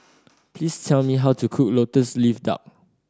please tell me how to cook Lotus Leaf Duck